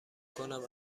کنم